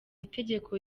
itegeko